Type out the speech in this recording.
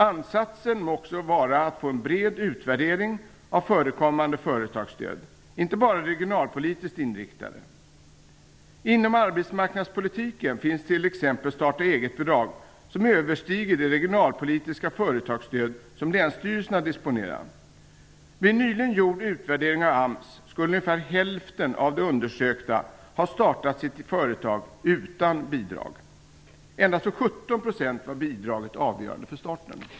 Ansatsen måste också vara att få en bred utvärdering av förekommande företagsstöd, inte bara de regionalpolitiskt inriktade. Inom arbetsmarknadspolitiken finns t.ex. starta-eget-bidrag, som överstiger de regionalpolitiska företagsstöd som länsstyrelserna disponerar. Vid en nyligen gjord utvärdering av AMS skulle ungefär hälften av de undersökta ha startat sitt företag utan bidrag. Endast för 17 % var bidraget avgörande för starten.